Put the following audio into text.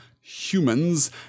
humans